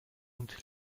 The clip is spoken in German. und